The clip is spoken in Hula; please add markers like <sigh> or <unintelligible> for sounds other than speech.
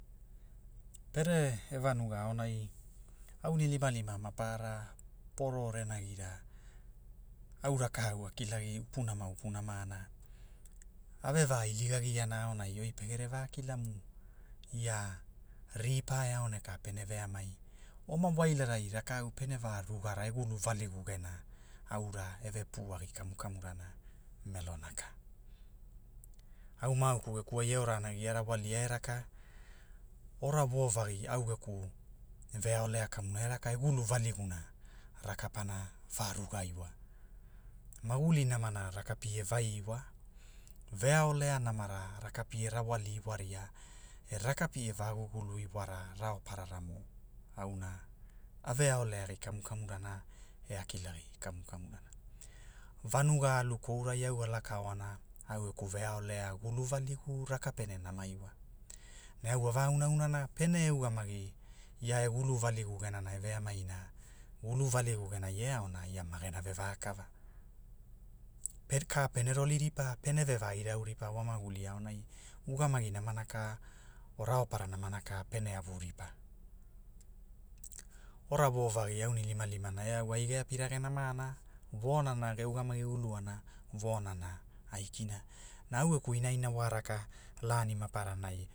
Pere e vanuga aonai, aunilimalima mapaara, poro renagira, au rakau a kilagi upunama upunama na, a ve vailigagiana aonai oi pegere va kilama ia, ripa e aoneka pene veamai, oma wailarai rakau pene va rugara e gulu valigu gena, aura eve <unintelligible> agi kamu kamurana, melona ka. Au maauku geku ai e ora ana gia rawalia eraka, ora wovagi au geku, veaolea kamuna e raka e gulu valiguna, raka pana va ruga iwa, maguli namana raka pie rawali iwa ria, e raka pie va gugulu iwara raoparara mo, aunaa veaoleagi kamu kamurana e a kilagi kamukamu rana, vanuga alu koura au a laka oana, au geku veaolea gulu valigu, raka pene nama iwa, ne au a va aunaunana pene ugamagi. ia e gulu valigu gena na e veamaina, gulu valigu genai e aonai ia magena ve vakava, pere- ka pene roli ripa pene ve va irau ripa wa magulin aonai ugamagi namana ka, o raopara namana ka pene avu ripa, ora vovagi aunilimalimana e au ai ge api rage namana, vonana ge ugamagi uluana vonana, aikina. Na au geku inaina wa raka lani maparanai.